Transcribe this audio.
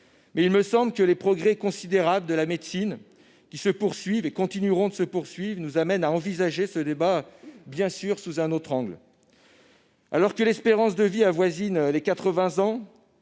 me semble cependant que les progrès considérables de la médecine, qui se poursuivent et continueront de se poursuivre, nous amènent évidemment à envisager ce débat sous un autre angle. Alors que l'espérance de vie avoisine les 80 ans